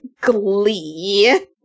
glee